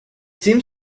seemed